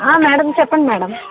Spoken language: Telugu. మేడం చెప్పండి మేడం